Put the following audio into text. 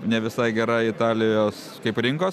ne visai gera italijos kaip rinkos